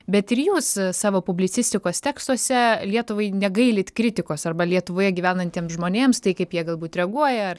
bet ir jūs savo publicistikos tekstuose lietuvai negailit kritikos arba lietuvoje gyvenantiems žmonėms tai kaip jie galbūt reaguoja